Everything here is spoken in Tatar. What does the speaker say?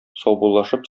саубуллашып